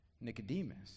Nicodemus